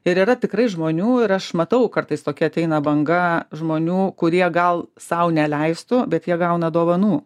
ir yra tikrai žmonių ir aš matau kartais tokie ateina banga žmonių kurie gal sau neleistų bet jie gauna dovanų